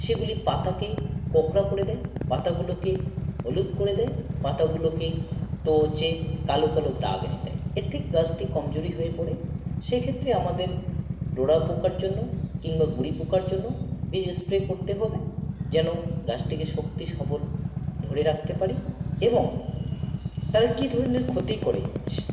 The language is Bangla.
সেগুলি পাতাকে কোঁকড়া করে দেয় পাতাগুলোকে হলুদ করে দেয় পাতাগুলোকে তো হচ্ছে কালো কালো দাগ এনে দেয় এর থেকে গাছটি কমজোরি হয়ে পড়ে সেক্ষেত্রে আমাদের ডোরা পোকার জন্য কিংবা গুঁড়ি পোকার জন্য বিষ স্প্রে করতে হবে যেন গাছটিকে শক্তি সবল ধরে রাখতে পারি এবং তারা কী ধরনের ক্ষতি করে